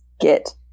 get